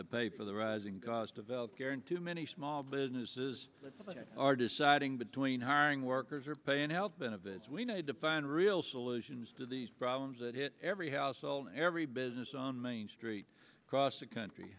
to pay for the rising cost of health care and to many small businesses are deciding between hiring workers or paying health benefits we need to find real solutions to these problems that hit every household every business on main street across the country